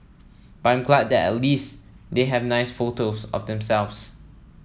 but I'm glad that at least they have nice photos of themselves